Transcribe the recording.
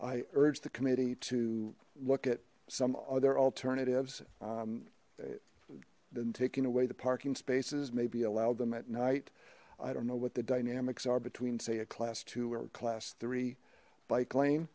i urge the committee to look at some other alternatives then taking away the parking spaces maybe allowed them at night i don't know what the dynamics are between say a class two or class three bike